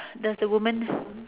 does the woman